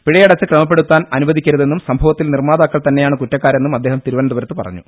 പിഴയടച്ച് ക്രമപ്പെടുത്താൻ അനുവദിക്കരുതെന്നും സംഭ വത്തിൽ നിർമ്മാതാക്കൾ തന്നെയാണ് കുറ്റക്കാരെന്നും അദ്ദേഹം തിരുവനന്തപുരത്ത് പറഞ്ഞു